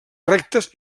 rectes